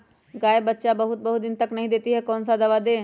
गाय बच्चा बहुत बहुत दिन तक नहीं देती कौन सा दवा दे?